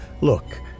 Look